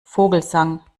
vogelsang